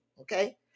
okay